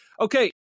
Okay